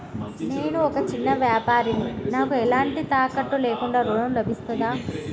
నేను ఒక చిన్న వ్యాపారిని నాకు ఎలాంటి తాకట్టు లేకుండా ఋణం లభిస్తదా?